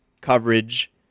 coverage